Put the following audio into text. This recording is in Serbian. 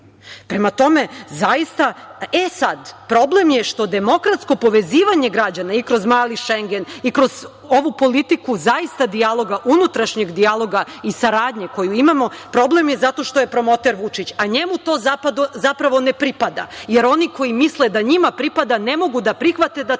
građanina.E sad, problem je što demokratsko povezivanje građana i kroz „mali šengen“ i kroz ovu politiku zaista dijaloga, unutrašnjeg dijaloga i saradnje koju imamo, problem je zato što je promoter Vučić, a njemu to zapravo ne pripada, jer oni koji misle da njima pripada, ne mogu da prihvate da to